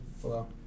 Hello